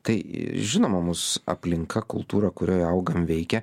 tai žinoma mūsų aplinka kultūra kurioje augam veikia